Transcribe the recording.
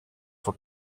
for